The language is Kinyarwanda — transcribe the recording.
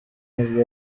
nibwo